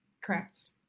Correct